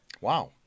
Wow